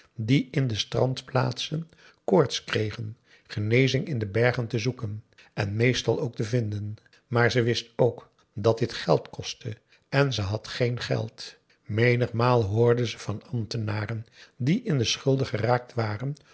die in de strandplaatsen koorts kregen genezing in de bergen te zoeken en meestal ook te vinden maar ze wist ook dat dit geld kostte en ze had geen geld menigmaal hoorde ze van ambtenaren die in de schulden geraakt waren